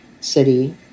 city